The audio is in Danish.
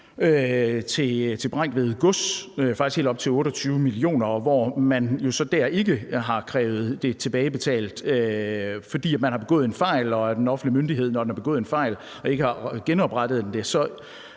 til Bregentved Gods, ja, faktisk helt op til 28 mio. kr., og hvor man jo så ikke har krævet det tilbagebetalt, fordi man som offentlig myndighed, når man har begået en fejl og man ikke har genoprettet det, så